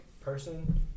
person